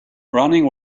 running